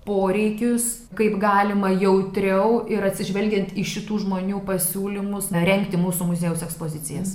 poreikius kaip galima jautriau ir atsižvelgiant į šitų žmonių pasiūlymus na rengti mūsų muziejaus ekspozicijas